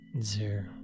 Zero